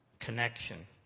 connection